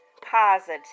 positive